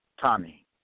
Tommy